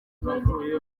navuye